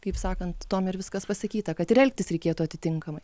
kaip sakant tuom ir viskas pasakyta kad ir elgtis reikėtų atitinkamai